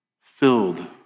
filled